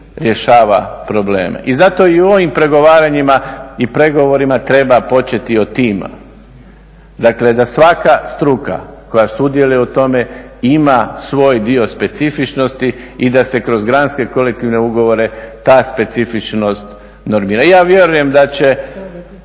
rješava probleme. I zato i u ovim pregovaranjima i pregovorima treba početi od tima, dakle da svaka struka koja sudjeluje u tome ima svoj dio specifičnosti i da se kroz granske kolektivne ugovore ta specifičnost normira. Ja vjerujem da će